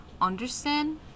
understand